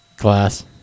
class